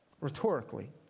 rhetorically